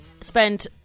spent